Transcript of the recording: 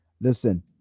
Listen